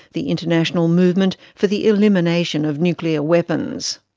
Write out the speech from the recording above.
the international movement for the elimination of nuclear weapons.